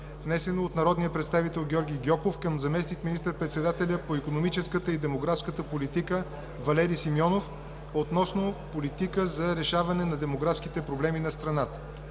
2017 г. от народния представител Георги Гьоков към заместник-министър председателя по икономическата и демографската политика Валери Симеонов относно политика за решаване на демографските проблеми на страната